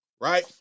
right